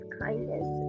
kindness